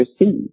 receive